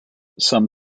some